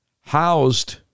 housed